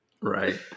Right